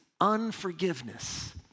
unforgiveness